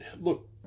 Look